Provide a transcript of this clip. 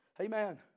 amen